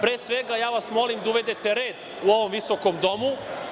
Pre svega, ja vas molim da uvedete red u ovom visokom Domu